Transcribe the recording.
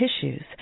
tissues